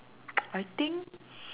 I think